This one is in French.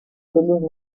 pelouse